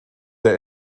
der